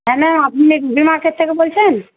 হ্যাঁ ম্যাম আপনি B market থেকে বলছেন